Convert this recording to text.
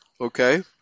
Okay